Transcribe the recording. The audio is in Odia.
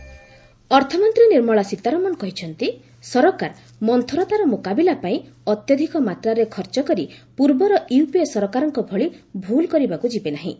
ସୀତାରମଣ ଅର୍ଥମନ୍ତ୍ରୀ ନିର୍ମଳା ସୀତାରମଣ କହିଛନ୍ତି ସରକାର ମନ୍ଥରତାର ମୁକାବିଲା ପାଇଁ ଅତ୍ୟଧିକ ମାତ୍ରାରେ ଖର୍ଚ୍ଚ କରି ପୂର୍ବର ୟୁପିଏ ସରକାରଙ୍କ ଭଳି ଭୁଲ କରିବାକୁ ଯିବେ ନାହିଁ